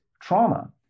trauma